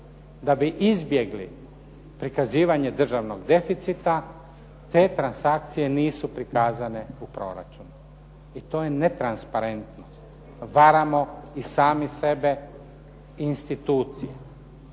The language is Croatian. Da bi izbjegli prikazivanje državnog deficita te transakcije nisu prikazane u proračunu i to je netransparentnost. Varamo i sami sebe institucije,